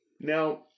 Now